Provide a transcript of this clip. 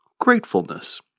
Gratefulness